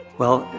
well,